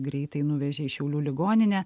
greitai nuvežė į šiaulių ligoninę